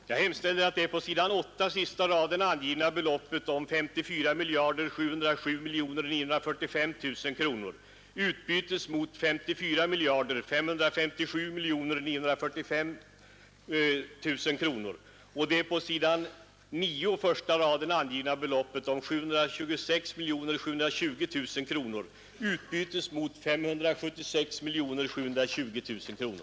Herr talman! Jag hemställer att det på s. 8 sista raden angivna beloppet om 54 707 945 000 kronor utbytes mot 54 557 945 000 kronor och det på s. 9 första raden angivna beloppet om 726 720 000 kronor utbytes mot 576 720 000 kronor.